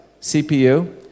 CPU